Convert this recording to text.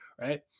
right